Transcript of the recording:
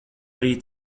arī